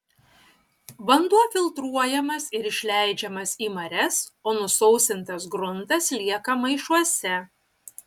vanduo filtruojamas ir išleidžiamas į marias o nusausintas gruntas lieka maišuose